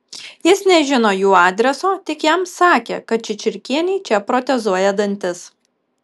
jis nežino jų adreso tik jam sakė kad čičirkienei čia protezuoja dantis